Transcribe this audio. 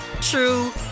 true